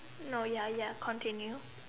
no ya ya continue